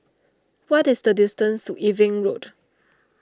what is the distance to Irving Road